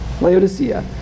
Laodicea